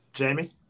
Jamie